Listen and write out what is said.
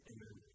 Amen